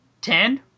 ten